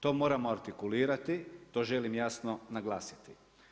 To moramo artikulirati, to želim jasno naglasiti.